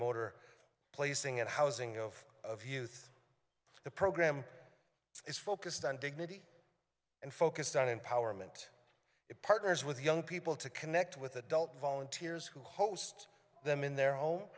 mortar placing and housing of youth the program is focused on dignity and focused on empowerment partners with young people to connect with adult volunteers who host them in their home